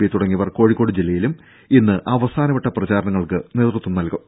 P തുടങ്ങിയവർ കോഴിക്കോട് ജില്ലയിലും ഇന്ന് അവസാനവട്ട പ്രചാരണങ്ങൾക്ക് നേതൃത്വം നൽകും